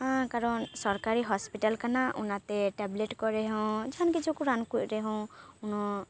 ᱠᱟᱨᱚᱱ ᱥᱚᱨᱠᱟᱨᱤ ᱦᱚᱥᱯᱤᱴᱟᱞ ᱠᱟᱱᱟ ᱚᱱᱟᱛᱮ ᱴᱮᱵᱽᱞᱮᱴ ᱠᱚᱨᱮ ᱦᱚᱸ ᱡᱟᱦᱟᱱ ᱠᱤᱪᱷᱩ ᱨᱟᱱ ᱠᱚ ᱨᱮᱦᱚᱸ ᱩᱱᱟᱹᱜ